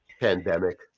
Pandemic